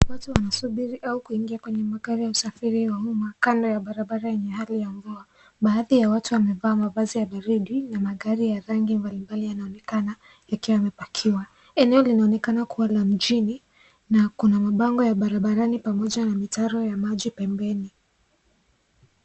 Watu wanasubiri au kuingia kwenye magari ya usafiri wa umma kando ya barabara yenye hali ya mvua. Baadhi ya watu wamevaa mavazi ya baridi na magari ya rangi mbali mbali yanaonekana ikiwa imeparkiwa . Eneo linaonekana kuwa la mjini na kuna mabango ya barabarani pamoja na mitaro ya maji pembeni.